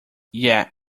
yeah